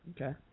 Okay